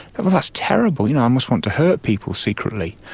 well, that's terrible, you know i must want to hurt people secretly.